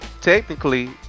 technically